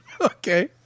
Okay